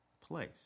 place